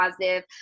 positive